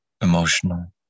emotional